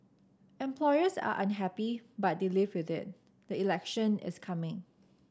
employers are unhappy but they live with it the election is coming